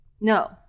No